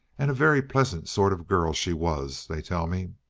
and a very pleasant sort of girl she was, they tell me.